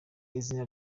izina